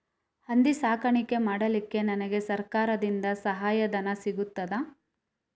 ಹಂದಿ ಸಾಕಾಣಿಕೆ ಮಾಡಲಿಕ್ಕೆ ನನಗೆ ಸರಕಾರದಿಂದ ಸಹಾಯಧನ ಸಿಗುತ್ತದಾ?